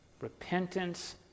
Repentance